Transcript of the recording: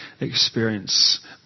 experience